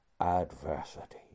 adversity